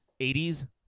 80s